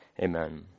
amen